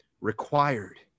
required